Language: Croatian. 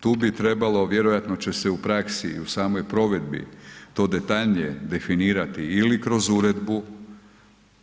Tu bi trebalo vjerojatno će se u praksi i u samoj provedbi to detaljnije definirati ili kroz uredbu,